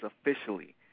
officially